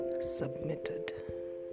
submitted